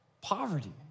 poverty